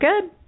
good